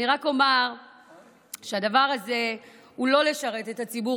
אני רק אומר שהדבר הזה הוא לא לשרת את הציבור,